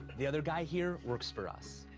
the other guy here works for us.